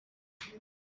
ndege